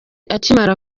akimara